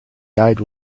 died